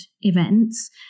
events